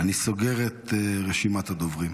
אני סוגר את רשימת הדוברים.